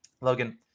Logan